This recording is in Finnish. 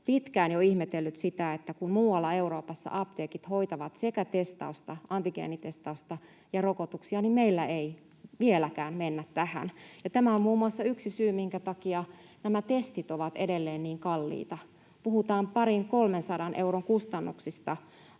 pitkään jo ihmetellyt, että kun muualla Euroopassa apteekit hoitavat sekä antigeenitestausta että rokotuksia, meillä ei vieläkään mennä tähän. Muun muassa tämä on yksi syy siihen, minkä takia nämä testit ovat edelleen niin kalliita. Puhutaan parin kolmen sadan euron kustannuksista